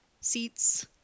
Seats